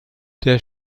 der